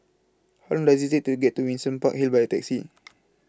How Long Does IT Take to get to Windsor Park Hill By Taxi